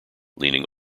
leaning